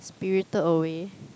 spirited-away